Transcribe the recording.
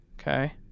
Okay